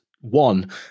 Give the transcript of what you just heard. one